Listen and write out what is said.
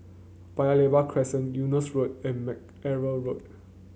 Paya Lebar Crescent Eunos Road and Mackerrow Road